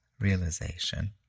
realization